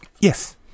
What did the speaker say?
Yes